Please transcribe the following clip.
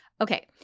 Okay